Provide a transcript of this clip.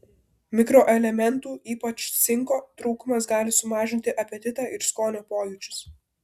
mikroelementų ypač cinko trūkumas gali sumažinti apetitą ir skonio pojūčius